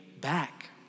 back